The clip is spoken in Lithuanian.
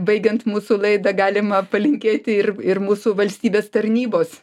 baigiant mūsų laida galima palinkėti ir ir mūsų valstybės tarnybos